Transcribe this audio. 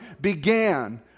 began